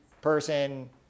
person